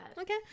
okay